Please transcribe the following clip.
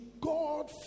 God